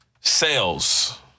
Sales